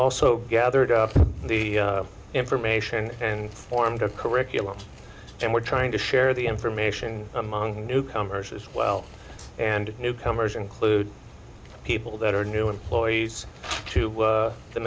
also gathered the information and formed a curriculum and we're trying to share the information among the newcomers as well and newcomers include people that are new employees to